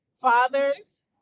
fathers